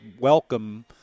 welcome